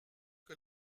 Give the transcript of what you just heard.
que